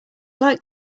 like